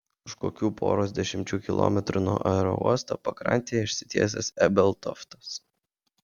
už kokių poros dešimčių kilometrų nuo aerouosto pakrantėje išsitiesęs ebeltoftas